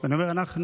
אני אומר "אנחנו",